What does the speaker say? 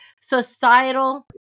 societal